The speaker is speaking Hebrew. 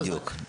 אוקי, בדיוק.